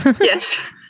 Yes